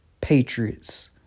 Patriots